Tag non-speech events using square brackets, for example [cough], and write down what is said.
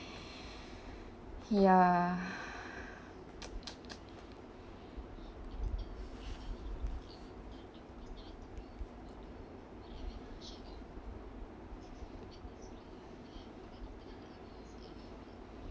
ya [breath] [noise] [noise] [noise]